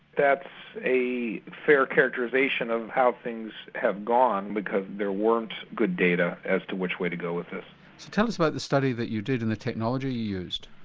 that's a fair characterisation of how things have gone because there weren't good data as to which way to go with this. so tell us about the study that you did and the technology you used?